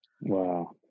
Wow